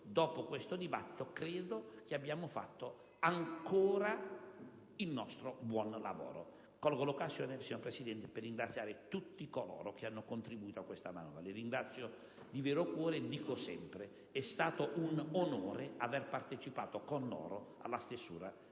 dopo questa discussione, abbiamo svolto ancora il nostro buon lavoro. Colgo l'occasione, signor Presidente, per ringraziare tutti coloro che hanno contribuito a questa manovra; li ringrazio veramente di cuore e dico sempre: è stato un onore aver partecipato con loro alla stesura di questo